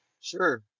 Sure